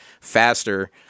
faster